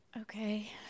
Okay